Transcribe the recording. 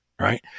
right